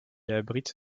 abrite